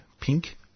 pink